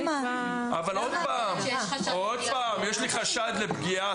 עוד פעם: אם יש לי חשד לפגיעה,